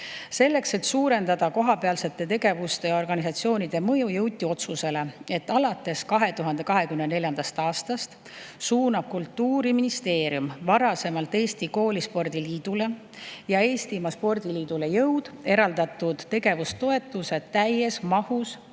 Selleks, et suurendada kohapealsete tegevuste ja organisatsioonide mõju, jõuti otsusele, et alates 2024. aastast suunab Kultuuriministeerium varasemalt Eesti Koolispordi Liidule ja Eestimaa Spordiliidule Jõud eraldatud tegevustoetuse täies mahus